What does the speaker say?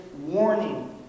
warning